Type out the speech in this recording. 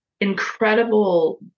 incredible